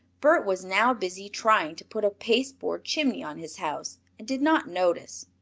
bert was now busy trying to put a pasteboard chimney on his house, and did not notice.